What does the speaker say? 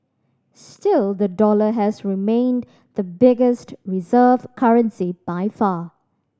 still the dollar has remained the biggest reserve currency by far